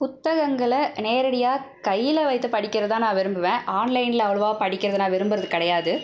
புத்தகங்களை நேரடியாக கையில் வைத்து படிக்கிறது தான் நான் விரும்புவேன் ஆன்லைனில் அவ்வளோவா படிக்கிறத நான் விரும்புகிறது கிடையாது